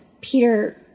Peter